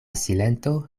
silento